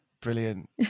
brilliant